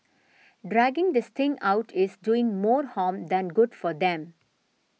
dragging this thing out is doing more harm than good for them